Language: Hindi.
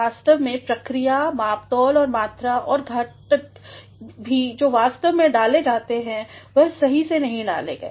वास्तव में प्रक्रिया मापतोल और मात्रा और घटक भी जो वास्तव में डाले जाने थे वह सही से नहीं डाले गए